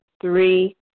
three